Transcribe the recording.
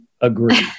agree